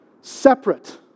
separate